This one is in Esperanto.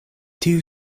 tiu